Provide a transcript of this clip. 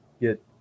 get